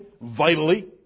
vitally